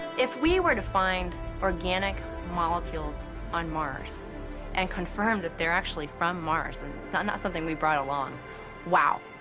if we were to find organic molecules on mars and confirmed that they're actually from mars and not not something we brought alongaeur wow!